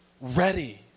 ready